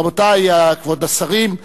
רבותי, כבוד השרים,